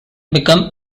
become